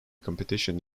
competition